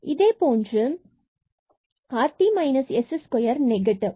இதேபோன்று இதன் rt s2 negative